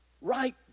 Right